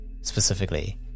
specifically